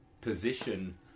position